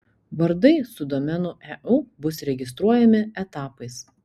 vardai su domenu eu bus registruojami etapais